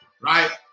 right